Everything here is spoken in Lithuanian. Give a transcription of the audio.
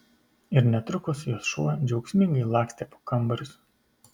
ir netrukus jos šuo džiaugsmingai lakstė po kambarius